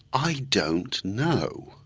i don't know.